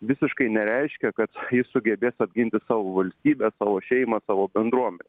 visiškai nereiškia kad jis sugebės apginti savo valstybę savo šeimą savo bendruomenę